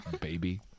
baby